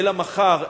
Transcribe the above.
אל המחר,